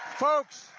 folks,